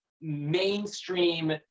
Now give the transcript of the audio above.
mainstream